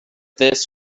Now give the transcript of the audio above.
this